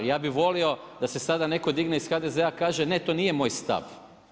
Ja bi volio da se sada netko digne iz HDZ-a i kaže ne to nije moj stav.